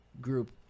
group